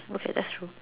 okay that's true